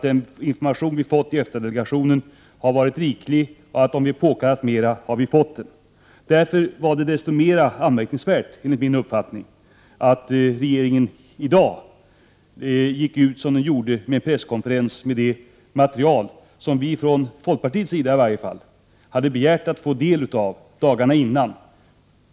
Den information som vi har fått i EFTA-delegationen har varit riklig, och om vi har påkallat mera har vi fått det. Därför var det desto mera anmärkningsvärt att regeringen i dag gick ut som den gjorde, i en presskonferens, med det material som vi från folkpartiets sida hade begärt att få del av dagarna innan.